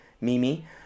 Mimi